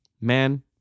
man